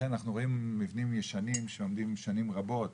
לכן אנחנו רואים מבנים ישנים שעומדים שנים רבות.